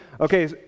okay